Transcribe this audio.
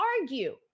argue